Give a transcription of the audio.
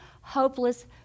hopeless